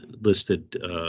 listed